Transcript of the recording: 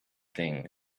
thing